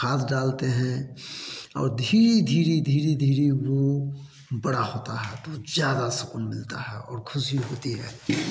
खास डालते हैं और धीरे धीरे धीरे धीरे वो बड़ा होता है तो ज़्यादा सुकून मिलता है और होती है